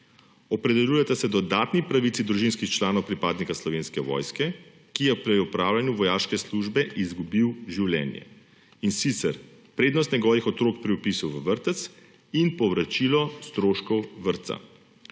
Opredeljujeta se dodatni pravici družinskih članov pripadnika Slovenske vojske, ki je pri opravljanju vojaške službe izgubil življenje, in sicer prednost njegovih otrok pri vpisu v vrtec in povračilo stroškov vrtca.